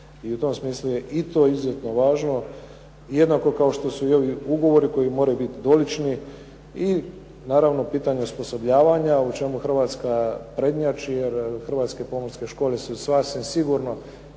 i u tom smislu je i to izuzetno važno, jednako kao što su i ovi ugovori koji moraju biti dolični i naravno pitanje osposobljavanja u čemu Hrvatska prednjači, jer hrvatske pomorske škole su sasvim sigurno